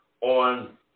on